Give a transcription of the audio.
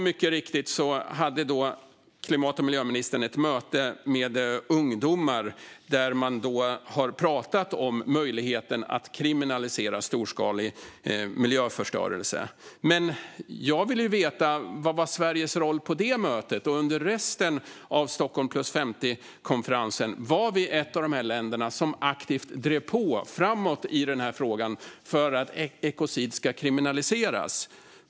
Mycket riktigt hade klimat och miljöministern ett möte med ungdomar där man pratade om möjligheten att kriminalisera storskalig miljöförstörelse. Men jag vill veta vad Sveriges roll var under det mötet och under resten av Stockholm + 50-konferensen. Var Sverige ett av de länder som aktivt drev på framåt i frågan för att ekocid ska kriminaliseras?